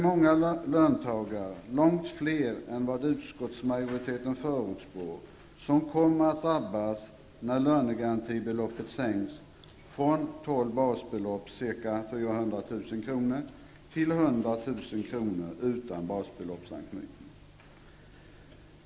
Många löntagare, långt fler än vad utskottsmajoriteten förutspår, kommer att drabbas när lönegarantibeloppet sänks från tolv basbelopp, ca 400 000 kr. till 100 000 kr. utan basbeloppsanknytning.